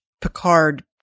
Picard